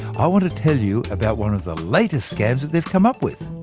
i want to tell you about one of the latest scams they've come up with.